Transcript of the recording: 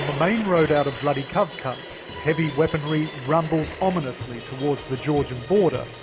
main road out of vladikavkaz, heavy weaponry rumbles ominously towards the georgian border,